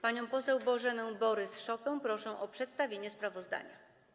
Panią poseł Bożenę Borys-Szopę proszę o przedstawienie sprawozdania.